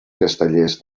castellers